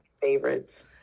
Favorites